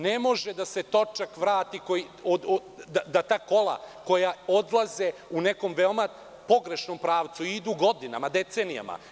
Ne može da se točak vrati, da ta kola koja odlaze u nekom veoma pogrešnom pravcu idu godinama, decenijama.